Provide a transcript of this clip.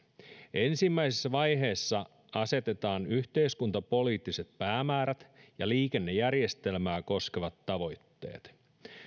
ensimmäisessä vaiheessa asetetaan yhteiskuntapoliittiset päämäärät ja liikennejärjestelmää koskevat tavoitteet